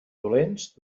dolents